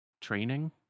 training